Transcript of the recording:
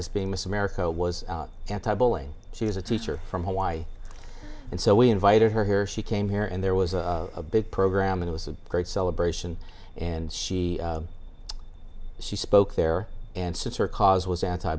as being miss america was anti bowling she was a teacher from hawaii and so we invited her here she came here and there was a big program it was a great celebration and she she spoke there and since her cause was anti